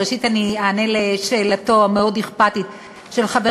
ראשית אני אענה על שאלתו המאוד-אכפתית של חבר